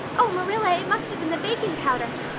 oh, marilla, it must have been the baking powder.